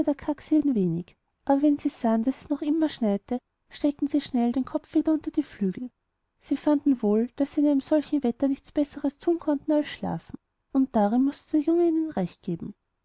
wenig aber wenn sie sahen daß es noch immer schneite steckten sie schnell den kopf wieder unter die flügel sie fanden wohl daß sie in einem solchen wetter nichts besseres tun konnten als schlafen und darin mußte der junge ihnen rechtgeben